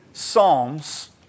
Psalms